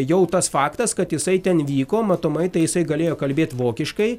jau tas faktas kad jisai ten vyko matomai tai jisai galėjo kalbėt vokiškai